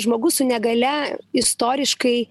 žmogus su negalia istoriškai